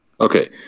Okay